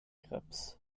grips